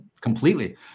completely